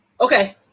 Okay